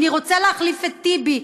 אני רוצה להחליף את טיבי,